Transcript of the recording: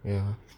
ya